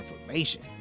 information